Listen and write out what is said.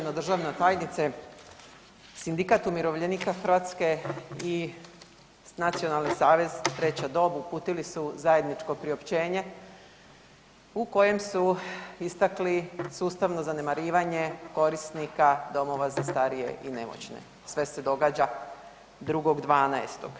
Uvažena državna tajnice, Sindikat umirovljenika Hrvatske i Nacionalni savez Treća dob uputili su zajedničko priopćenje u kojem su istakli sustavno zanemarivanje korisnika domova za starije i nemoćne, sve se događa 2.12.